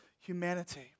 humanity